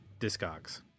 Discogs